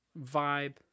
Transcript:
vibe